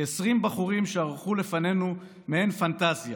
כעשרים בחורים שערכו לפנינו מעין פנטזיה.